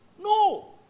No